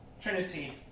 Trinity